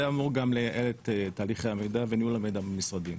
אמור גם לייעל את תהליכי המידע וניהול המידע במשרדים.